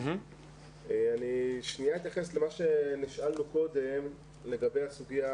אני אתייחס למה שנשאלנו קודם לגבי הסוגיה